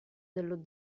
dello